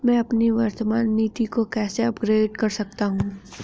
मैं अपनी वर्तमान नीति को कैसे अपग्रेड कर सकता हूँ?